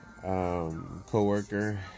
co-worker